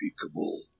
unspeakable